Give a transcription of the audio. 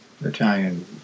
Italian